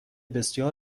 بسیار